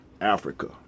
Africa